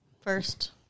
first